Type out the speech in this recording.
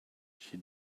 she